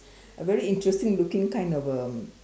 a very interesting looking kind of um